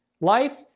Life